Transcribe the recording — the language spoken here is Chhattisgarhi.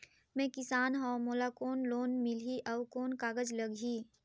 मैं किसान हव मोला कौन लोन मिलही? अउ कौन कागज लगही?